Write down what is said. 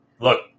Look